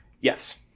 yes